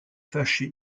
fâché